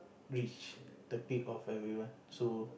reach the peak of everyone so